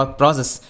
process